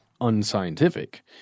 unscientific